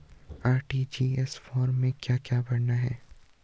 RTGS form में क्या क्या भरना है?